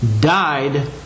died